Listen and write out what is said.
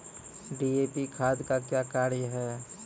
DAP खाद का क्या कार्य हैं?